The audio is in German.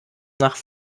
nach